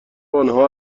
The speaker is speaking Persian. آنها